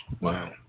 Wow